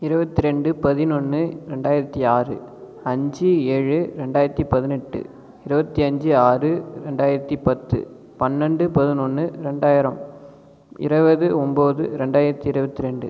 இருபத்ரெண்டு பதினொன்னு ரெண்டாயிரத்தி ஆறு அஞ்சு ஏழு ரெண்டாயிரத்தி பதினெட்டு இருபத்தி அஞ்சு ஆறு ரெண்டாயிரத்தி பத்து பன்னெண்டு பதினொன்னு ரெண்டாயிரம் இருபது ஒன்பது ரெண்டாயிரத்தி இருபத்திரெண்டு